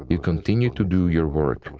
you continue to do your work,